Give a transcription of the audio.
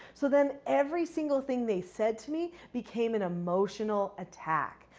so, then every single thing they said to me became an emotional attack.